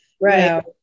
right